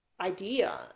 idea